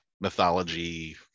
mythology